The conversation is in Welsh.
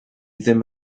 ddim